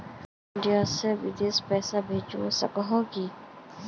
India से बिदेश पैसा भेज सके है की?